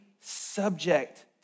subject